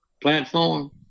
platform